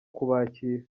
kubakira